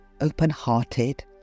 open-hearted